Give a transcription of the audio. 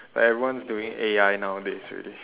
everyone is doing A_I nowadays already